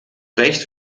recht